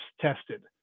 tested